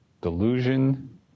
delusion